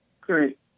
Great